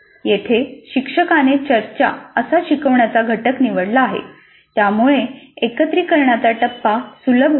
येथे शिक्षकाने चर्चा असा शिकवण्याचा घटक निवडला आहे त्यामुळे एकत्रीकरणाचा टप्पा सुलभ होतो